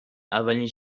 اولین